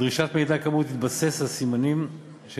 דרישת מידע כאמור תתבסס על סימנים של